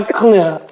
clear